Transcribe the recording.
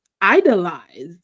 Idolize